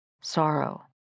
sorrow